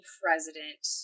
president